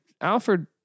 Alfred